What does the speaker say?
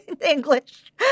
English